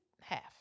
half